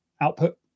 output